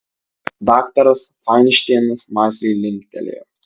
daktaras fainšteinas mąsliai linktelėjo